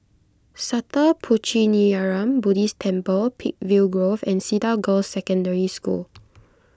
Sattha Puchaniyaram Buddhist Temple Peakville Grove and Cedar Girls' Secondary School